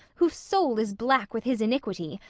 whose soul is black with his iniquity,